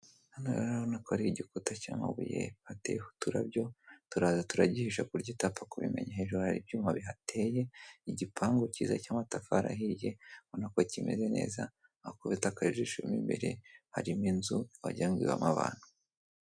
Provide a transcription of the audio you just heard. Hano rero urabona ko hari igikuta cy'amabuye, hateyeho uturabyo turaza turagihisha kuburyo utapfa kubimenya. Hejuru hari ibyuma bihateye, igipangu cyiza cy'amatafari ahiye ubona ko kimeze neza, wakubita akajisho mo imbere harimo inzu wagira ngo ibamo abantu.